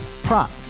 Prop